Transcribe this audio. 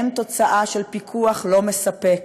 הם תוצאה של פיקוח לא מספק,